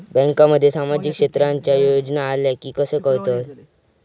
बँकांमध्ये सामाजिक क्षेत्रांच्या योजना आल्या की कसे कळतत?